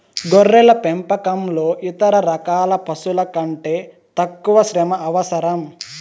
గొర్రెల పెంపకంలో ఇతర రకాల పశువుల కంటే తక్కువ శ్రమ అవసరం